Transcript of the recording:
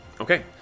Okay